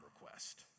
request